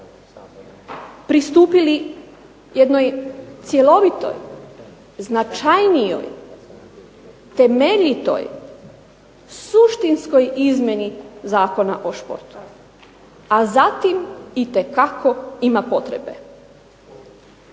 pristupili jednoj cjelovitoj, značajnijoj, temeljitoj, suštinskoj izmjeni Zakona o športu, a za tim itekako ima potrebe.